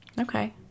Okay